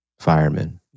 firemen